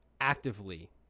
actively